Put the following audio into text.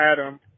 Adam